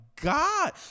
God